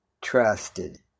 trusted